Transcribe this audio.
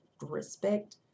respect